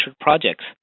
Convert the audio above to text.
projects